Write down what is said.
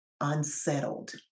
unsettled